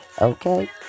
Okay